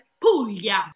Puglia